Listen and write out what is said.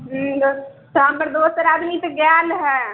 हूँ बऽ काम पर दोसर आदमी तऽ गेल हय